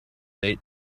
date